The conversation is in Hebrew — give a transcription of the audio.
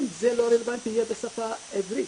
זה גם לא רלוונטי יהיה בשפה העברית,